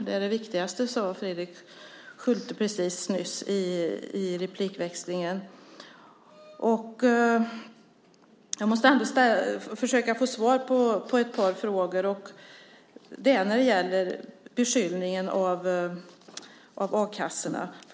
Det är det viktigaste, sade Fredrik Schulte precis nyss i replikväxlingen. Jag måste försöka få svar på ett par frågor som gäller beskyllningen mot a-kassorna.